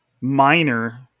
minor